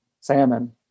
Salmon